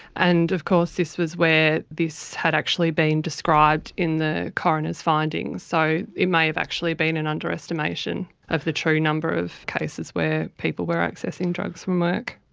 and of course this was where this had actually been described in the coroner's findings. so it may have actually been an underestimation of the true number of cases where people were accessing drugs from work.